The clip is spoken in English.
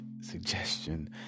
suggestion